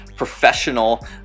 Professional